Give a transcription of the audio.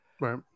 right